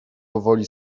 powoli